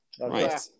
Right